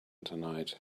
tonight